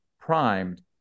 primed